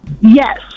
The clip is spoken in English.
Yes